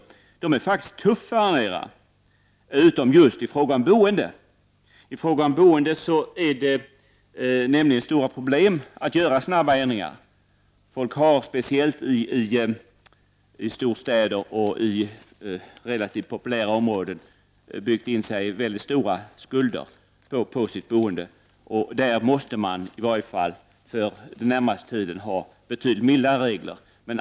Våra regler är faktiskt tuffare än era, utom just i fråga om boende. 51 När det gäller boendet blir det nämligen stora problem om man gör snabba ändringar. Folk har, speciellt i storstäder och i relativt populära områden, tagit på sig mycket stora skulder för sitt boende. Där måste man — åtminstone för den närmaste tiden — ha betydligt mildare regler.